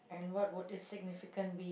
and what would it significant be